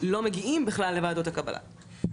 לא מגיעים בכלל לוועדות הקבלה.